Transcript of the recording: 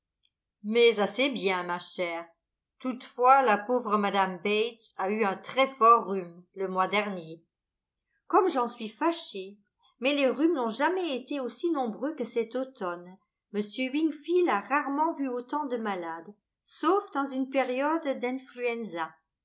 mais assez bien ma chère toutefois la pauvre mme bates a eu un très fort rhume le mois dernier comme j'en suis fâchée mais les rhumes n'ont jamais été aussi nombreux que cet automne m wingfield a rarement vu autant de malades sauf dans une période d'influenza